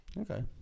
Okay